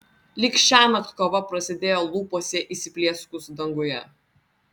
lyg šiąnakt kova prasidėjo lūpose įsiplieskus danguje